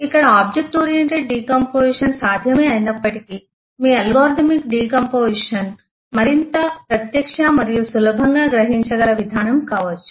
ఇక్కడ object oriented decomposition సాధ్యమే అయినప్పటికీ మీ అల్గోరిథమిక్ డికాంపొజిషన్ మరింత ప్రత్యక్ష మరియు సులభంగా గ్రహించగల విధానం కావచ్చు